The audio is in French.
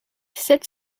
sept